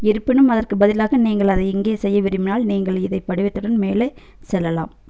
இருப்பினும் அதற்கு பதிலாக நீங்கள் அதை இங்கே செய்ய விரும்பினால் நீங்கள் இதே படிவத்துடன் மேலே செல்லலாம்